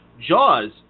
Jaws